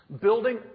Building